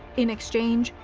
in exchange,